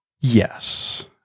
Yes